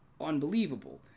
unbelievable